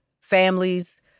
Families